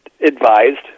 advised